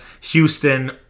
houston